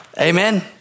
Amen